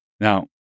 Now